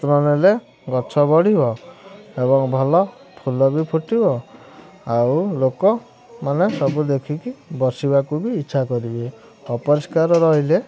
ଯତ୍ନନେଲେ ଗଛ ବଢ଼ିବ ଏବଂ ଭଲ ଫୁଲ ବି ଫୁଟିବ ଆଉ ଲୋକମାନେ ସବୁ ଦେଖିକି ବସିବାକୁ ବି ଇଚ୍ଛା କରିବେ ଅପରିଷ୍କାର ରହିଲେ